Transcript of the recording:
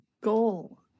goal